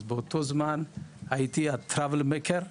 באותו זמן הייתי הטראבל מייקר,